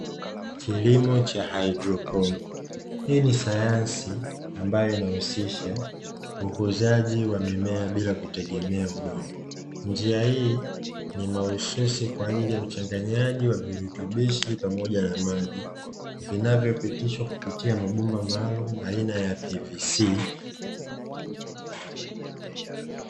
Kilimo cha hydroponi, hii ni sayansi ambayo inayohusisha ukuzaji wa mimea bila kutegemea udongo. Njia hii ni mahususi kwa ajili ya uchanganyaji wa virutubishi pamoja na maji vinavyopitishwa kupitia mabomba maalumu aina ya pvc.